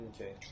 Okay